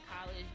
college